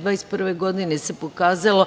2021. se pokazalo